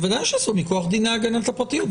בוודאי שאסור מכוח דיני הגנת הפרטיות.